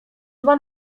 dwa